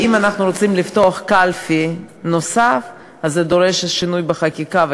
אם אנחנו רוצים לפתוח קלפי נוספת אז זה דורש שינוי בחקיקה,